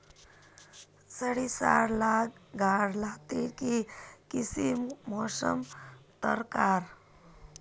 सरिसार ला गार लात्तिर की किसम मौसम दरकार?